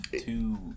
two